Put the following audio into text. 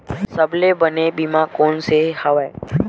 सबले बने बीमा कोन से हवय?